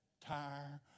tire